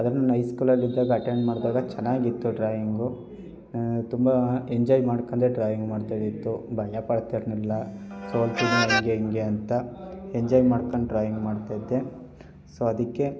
ಅದೇ ನಾನು ಐ ಸ್ಕೂಲಲ್ಲಿದ್ದಾಗ ಅಟೆಂಡ್ ಮಾಡಿದಾಗ ಚೆನ್ನಾಗಿತ್ತು ಡ್ರಾಯಿಂಗು ತುಂಬ ಎಂಜಾಯ್ ಮಾಡ್ಕೊಂಡೆ ಡ್ರಾಯಿಂಗ್ ಮಾಡ್ತಾ ಇದ್ದಿದ್ದು ಭಯ ಪಡ್ತಿರಲಿಲ್ಲ ಸೊ ಹೀಗೆ ಹೀಗೆ ಅಂತ ಎಂಜಾಯ್ ಮಾಡ್ಕೊಂಡು ಡ್ರಾಯಿಂಗ್ ಮಾಡ್ತಾಯಿದ್ದೆ ಸೊ ಅದಕ್ಕೆ